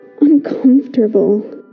uncomfortable